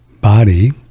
body